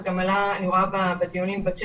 אני רואה שזה גם עלה בדיונים בצ'ט.